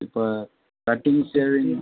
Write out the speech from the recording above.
இப்போ cutting shaving